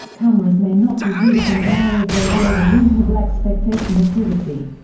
cameras may not be used in an area where there is a reasonable expectation of privacy.